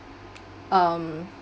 um